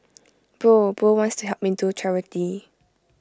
bro Bro wants to help me do charity